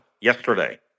yesterday